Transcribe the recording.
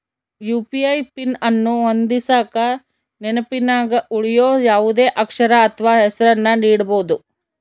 UPI PIN ಅನ್ನು ಹೊಂದಿಸಕ ನೆನಪಿನಗ ಉಳಿಯೋ ಯಾವುದೇ ಅಕ್ಷರ ಅಥ್ವ ಹೆಸರನ್ನ ನೀಡಬೋದು